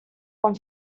con